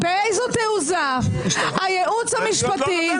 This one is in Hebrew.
באיזו תעוזה הייעוץ המשפטי ------ אני עוד לא נותן,